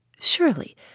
Surely